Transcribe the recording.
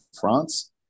France